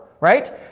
right